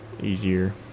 easier